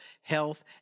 health